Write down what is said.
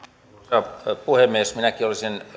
arvoisa puhemies minäkin olisin